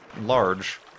large